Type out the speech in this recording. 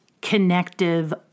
connective